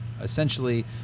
essentially